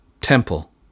temple